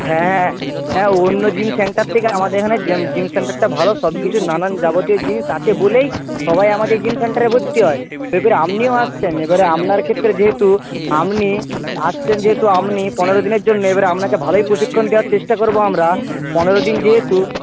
হ্যাঁ হ্যাঁ অন্য জিম সেন্টার থেকে আমাদের এখানের জিম সেন্টারটা ভালো সব কিছু নানান যাবতীয় জিনিস আছে বলেই সবাই আমাদের জিম সেন্টারে ভর্তি হয় এবারে আপনিও আসবেন এবারে আপনার ক্ষেত্রে যেহেতু আপনি আসছেন যেহেতু আপনি পনেরো দিনের জন্যে এবারে আপনাকে ভালোই প্রশিক্ষণ দেওয়ার চেষ্টা করবো আমরা পনেরো দিন যেহেতু